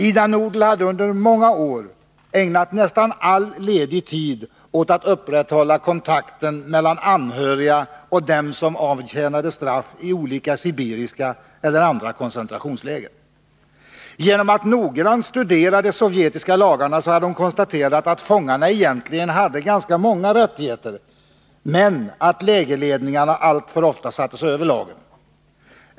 Ida Nudel hade under många år ägnat nästan all ledig tid åt att upprätthålla kontakten mellan anhöriga och dem som avtjänade straff i olika sibiriska eller andra koncentrationsläger. Genom att noggrant studera de sovjetiska lagarna hade hon konstaterat att fångarna egentligen hade ganska många rättigheter, men att lägerledningarna alltför ofta satte sig över lagen.